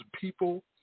people